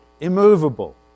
immovable